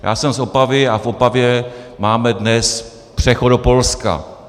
Já jsem z Opavy a v Opavě máme dnes přechod do Polska.